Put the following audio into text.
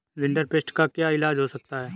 rinderpest का क्या इलाज हो सकता है